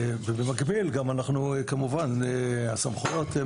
ובמקביל גם אנחנו בכל מקרה צריכים לבחון את הסמכויות,